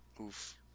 Oof